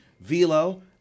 velo